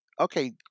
okay